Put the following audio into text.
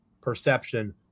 perception